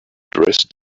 dressed